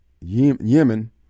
Yemen